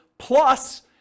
plus